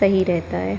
सही रहता है